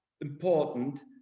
important